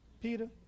Peter